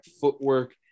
footwork